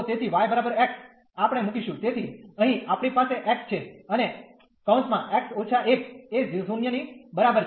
તેથી y x આપણે મુકીશું તેથી અહીં આપણી પાસે x છે અને x − 1 એ 0 ની બરાબર છે